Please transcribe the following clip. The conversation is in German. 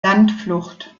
landflucht